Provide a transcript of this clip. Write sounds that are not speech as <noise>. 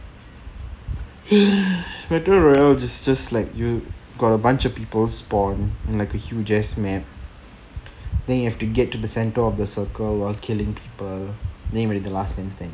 <breath> better royale is just like you got a bunch of people spawn in like a huge ass map then you have to get to the center of the circle while killing people then you are the last man standing